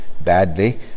badly